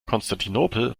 konstantinopel